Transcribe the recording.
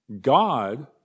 God